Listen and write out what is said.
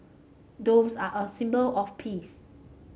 doves are a symbol of peace